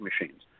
machines